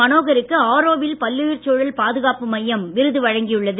மனோகருக்கு ஆரோவில் பல்லுயிர்ச் சூழல் பாதுகாப்பு மையம் விருது வழங்கியுள்ளது